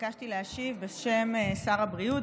התבקשתי להשיב בשם שר הבריאות,